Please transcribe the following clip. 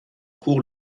cours